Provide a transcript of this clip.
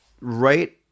right